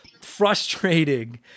frustrating